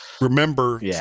remember